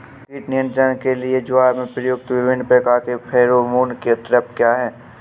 कीट नियंत्रण के लिए ज्वार में प्रयुक्त विभिन्न प्रकार के फेरोमोन ट्रैप क्या है?